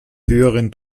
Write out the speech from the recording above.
höheren